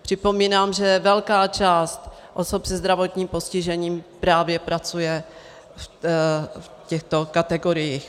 Připomínám, že velká část osob se zdravotním postižením právě pracuje v těchto kategoriích.